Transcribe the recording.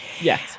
Yes